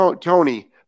Tony